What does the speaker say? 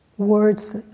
words